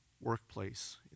workplace